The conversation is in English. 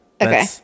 Okay